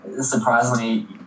surprisingly